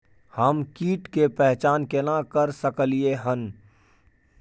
हम कीट के पहचान केना कर सकलियै हन?